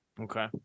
Okay